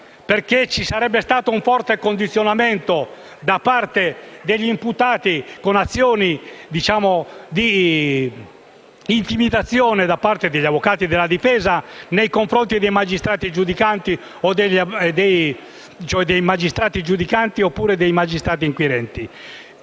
perché ci sarebbe stato un forte condizionamento da parte degli imputati con azioni di intimidazione da parte degli avvocati della difesa nei confronti dei magistrati giudicanti o dei magistrati inquirenti.